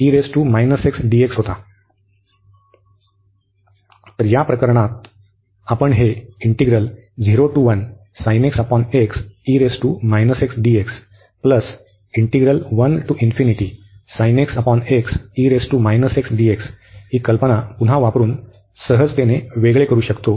तर या प्रकरणात आपण हे ही कल्पना पुन्हा वापरुन सहजतेने वेगळे करू शकतो